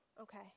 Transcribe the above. Okay